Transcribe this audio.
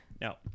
no